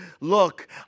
Look